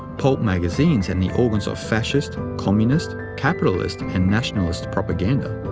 pulp magazines and the organs of fascist, communist, capitalist and nationalist propaganda.